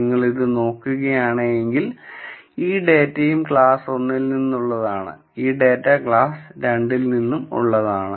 നിങ്ങൾ ഇത് നോക്കുകയാണെങ്കിൽ ഈ ഡാറ്റയും ക്ലാസ് 1 ൽ നിന്നുള്ളതാണ് ഈ ഡാറ്റ ക്ലാസ് 2 ൽ നിന്നുള്ളതാണ്